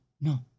no